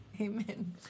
Amen